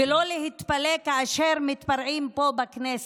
ולא להתפלא כאשר מתפרעים פה בכנסת,